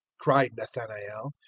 cried nathanael,